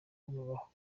babaho